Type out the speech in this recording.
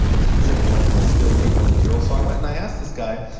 he's considered one of the most skilled people in israel, so i went and i asked this guy,